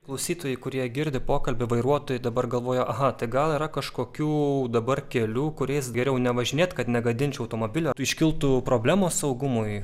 klausytojai kurie girdi pokalbį vairuotojai dabar galvoja aha tai gal yra kažkokių dabar kelių kuriais geriau nevažinėt kad negadinčiau automobilio iškiltų problemos saugumui